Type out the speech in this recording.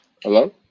Hello